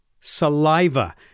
saliva